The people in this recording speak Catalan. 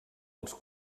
als